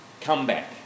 comeback